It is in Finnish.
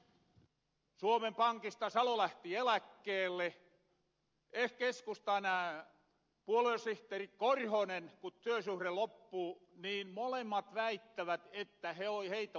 kun suomen pankista salo lähti eläkkeelle ja keskustan puoluesihteeri korhosen työsuhre loppu niin molemmat väittävät että heitä on kiusattu